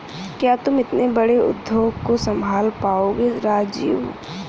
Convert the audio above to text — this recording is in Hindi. क्या तुम इतने बड़े उद्योग को संभाल पाओगे राजीव?